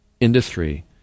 industry